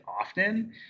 often